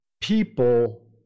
people